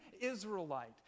Israelite